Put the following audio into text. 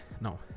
No